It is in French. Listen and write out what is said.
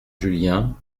julien